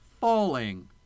Falling